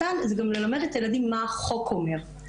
זה גם ללמד את הילדים מה החוק אומר,